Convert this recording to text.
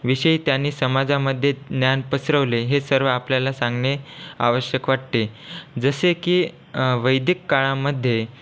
विषयी त्यांनी समाजामध्ये ज्ञान पसरवले हे सर्व आपल्याला सांगणे आवश्यक वाटते जसे की वैदिक काळामध्ये